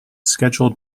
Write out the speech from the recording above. scheduled